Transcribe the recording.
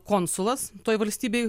konsulas toj valstybėj